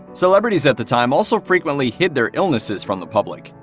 celebrities at the time also frequently hid their illnesses from the public.